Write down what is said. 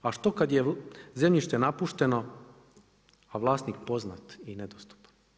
A što kad je zemljište napušteno a vlasnik poznat i nedostupan?